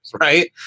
right